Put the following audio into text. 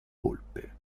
volpe